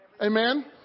Amen